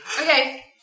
Okay